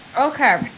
okay